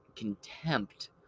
Contempt